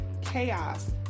chaos